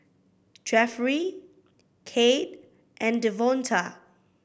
Jefferey Cade and Devonta